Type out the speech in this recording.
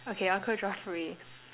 okay uncle Geoffrey